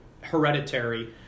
Hereditary